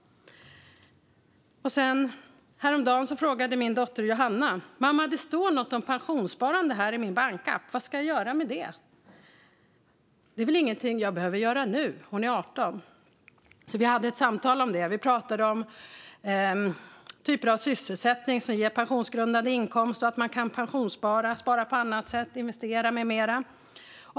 Häromdagen frågade min dotter Johanna: Mamma, det står något om pensionssparande här i min bankapp - vad ska jag göra med det? Det är väl inget jag behöver göra nu? Hon är 18. Vi hade ett samtal om det och pratade om vilka typer av sysselsättning som ger pensionsgrundande inkomst och att man kan pensionsspara, spara på annat sätt, investera med mera.